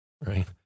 right